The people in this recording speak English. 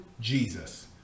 Jesus